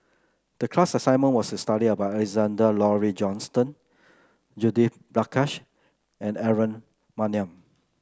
the class assignment was to study about Alexander Laurie Johnston Judith Prakash and Aaron Maniam